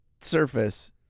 surface